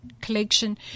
collection